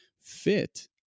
fit